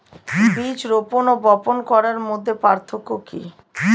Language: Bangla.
বীজ রোপন ও বপন করার মধ্যে পার্থক্য কি?